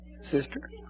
sister